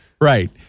right